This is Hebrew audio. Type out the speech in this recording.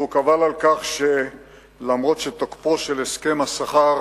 והוא קבל על כך שאף שתוקפו של הסכם השכר